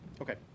Okay